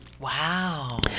Wow